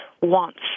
wants